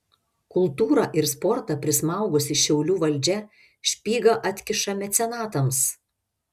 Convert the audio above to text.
kultūrą ir sportą prismaugusi šiaulių valdžia špygą atkiša mecenatams